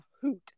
hoot